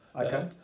Okay